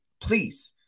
please